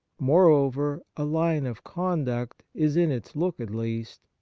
moreover, a line of conduct is, in its look at least,